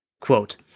Quote